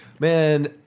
Man